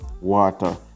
water